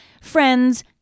friends